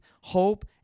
hope